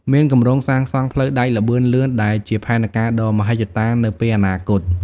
មានគម្រោងសាងសង់ផ្លូវដែកល្បឿនលឿនដែលជាផែនការដ៏មហិច្ឆតានៅពេលអនាគត។